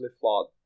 flawed